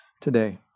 today